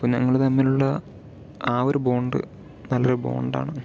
അപ്പം ഞങ്ങള് തമ്മിലുള്ള ആ ഒരു ബോണ്ട് നല്ലൊരു ബോണ്ടാണ്